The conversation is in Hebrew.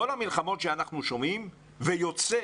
כל המלחמות שאנחנו שומעים, יוצא